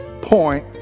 point